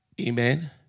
Amen